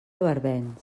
barbens